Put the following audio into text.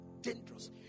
dangerous